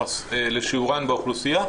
ביחס לשיעורן באוכלוסייה,